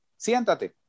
Siéntate